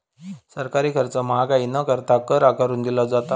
सरकारी खर्च महागाई न करता, कर आकारून दिलो जाता